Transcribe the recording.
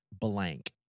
blank